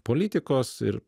politikos ir